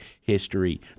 history